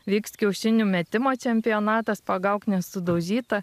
vyks kiaušinių metimo čempionatas pagauk nesudaužytą